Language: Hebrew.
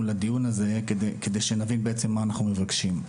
לדיון הזה כדי שנבין מה אנחנו מבקשים.